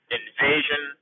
invasion